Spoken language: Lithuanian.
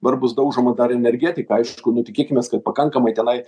dabar bus daužoma dar energetika aišku nu tikėkimės kad pakankamai tenai